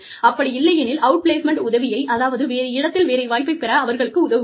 அப்படி இல்லையெனில் அவுட்பிளேஸ்மெண்ட் உதவியை அதாவது வேறு இடத்தில் வேலைவாய்ப்பை பெற அவர்களுக்கு உதவுவீர்கள்